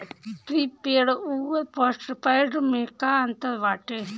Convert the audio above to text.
Prepaid अउर postpaid में का अंतर बाटे?